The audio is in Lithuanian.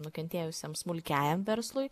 nukentėjusiam smulkiajam verslui